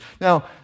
now